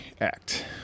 Act